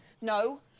No